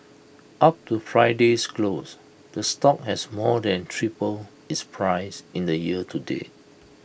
up to Friday's close the stock has more than tripled its price in the year to date